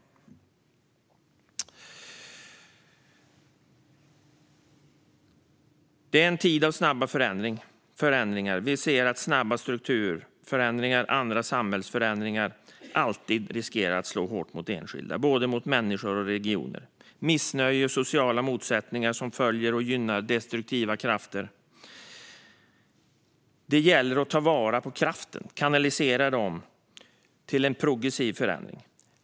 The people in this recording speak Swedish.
Detta är en tid av snabba förändringar. Vi ser att snabba strukturförändringar och andra samhällsförändringar alltid riskerar att slå hårt mot enskilda, både mot människor och mot regioner. Missnöje och sociala motsättningar som följer gynnar destruktiva krafter. Det gäller att ta vara på kraften och kanalisera den till en progressiv förändring.